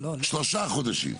שלושה חודשים.